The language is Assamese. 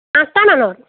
আঠটা মানত